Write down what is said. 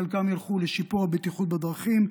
חלקם ילכו לשיפור הבטיחות הדרכים,